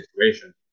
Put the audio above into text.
situation